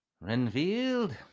Renfield